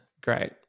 Great